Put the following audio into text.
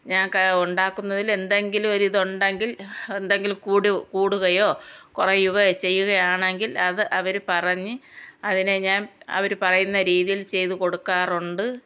ഞാൻ ക ഉണ്ടാക്കുന്നതിൽ എന്തെങ്കിലും ഒരിതൊണ്ടങ്കിൽ എന്തെങ്കിലും കൂടു കൂടുകയോ കുറയുകയോ ചെയ്യുകയാണെങ്കിൽ അത് അവർ പറഞ്ഞ് അതിനെ ഞാൻ അവർ പറയുന്ന രീതിയിൽ ചെയ്ത് കൊടുക്കാറുണ്ട്